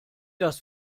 das